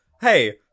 hey